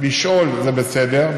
לשאול זה בסדר,